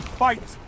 fight